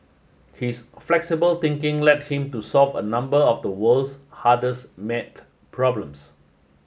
his flexible thinking led him to solve a number of the world's hardest maths problems